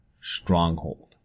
stronghold